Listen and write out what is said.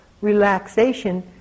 relaxation